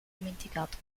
dimenticato